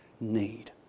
need